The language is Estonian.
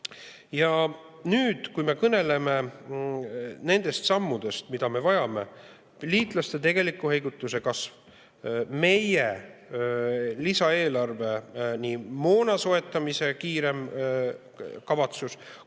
Ja nüüd, kui me kõneleme nendest sammudest, mida me vajame: liitlaste tegeliku heidutuse kasv, meie lisaeelarve, nii moona kiirema soetamise kavatsus